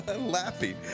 laughing